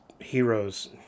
heroes